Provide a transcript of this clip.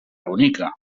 bonica